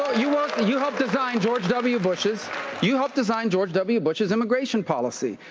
you ah you helped design george w. bush's you helped design george w. bush's immigration policy.